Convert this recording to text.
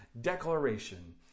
declaration